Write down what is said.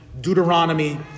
Deuteronomy